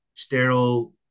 sterile